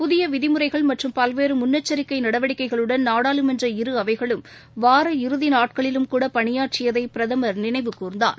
புதியவிதிமுறைகள் மற்றும் பல்வேறுமுன்னெச்சிக்கைநடவடிக்கைகளுடன் நாடாளுமன்ற இர அவைகளும் வார இறுதிநாட்களிலும்கூடபணியாற்றியதைபிரதமர் நினைவு கூர்ந்தார்